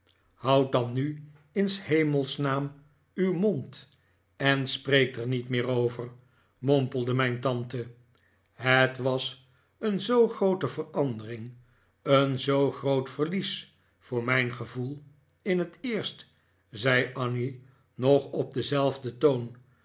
houd dan nu in s hemels naam uw mond en spreekt er niet meer over mompelde mijn tante het was een zoo groote verandering een zoo groot verlies voor mijn gevoel in het eerst zei annie nog op denzelfden toon